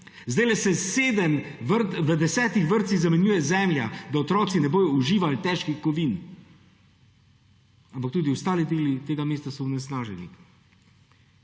Zdajle se v desetih vrtcih zamenjuje zemlja, da otroci ne bodo uživali težkih kovin. Ampak tudi ostali deli tega mesta so onesnaženi.